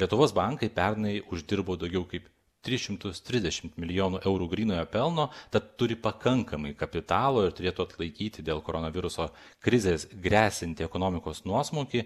lietuvos bankai pernai uždirbo daugiau kaip tris šimtus trisdešimt milijonų eurų grynojo pelno tad turi pakankamai kapitalo ir turėtų atlaikyti dėl koronaviruso krizės gresiantį ekonomikos nuosmukį